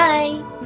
Bye